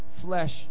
flesh